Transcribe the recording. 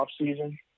offseason